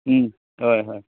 हय हय